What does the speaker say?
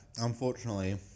unfortunately